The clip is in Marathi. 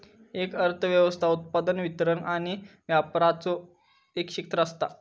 एक अर्थ व्यवस्था उत्पादन, वितरण आणि व्यापराचा एक क्षेत्र असता